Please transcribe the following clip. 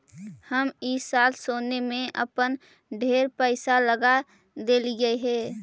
हम ई साल सोने में अपन ढेर पईसा लगा देलिअई हे